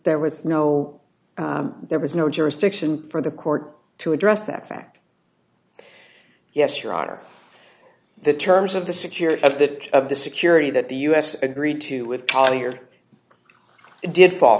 there was no there was no jurisdiction for the court to address that fact yes your honor the terms of the security at that of the security that the us agreed to with collier did fall